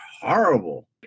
horrible